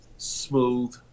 Smooth